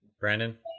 Brandon